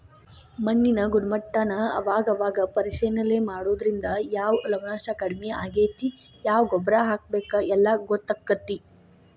ಮಣ್ಣಿನ ಗುಣಮಟ್ಟಾನ ಅವಾಗ ಅವಾಗ ಪರೇಶಿಲನೆ ಮಾಡುದ್ರಿಂದ ಯಾವ ಲವಣಾಂಶಾ ಕಡಮಿ ಆಗೆತಿ ಯಾವ ಗೊಬ್ಬರಾ ಹಾಕಬೇಕ ಎಲ್ಲಾ ಗೊತ್ತಕ್ಕತಿ